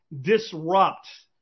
disrupt